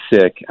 sick